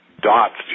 dots